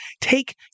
Take